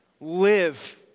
live